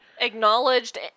Acknowledged